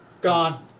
Gone